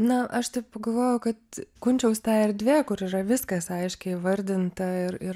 na aš taip pagalvojau kad kunčiaus tą erdvė kur yra viskas aiškiai įvardinta ir ir